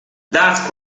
that’s